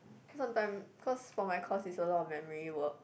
sometimes cause for my course is a lot of memory work